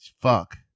fuck